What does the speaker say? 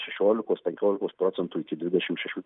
šešiolikos penkiolikos procentų iki dvidešimt šešių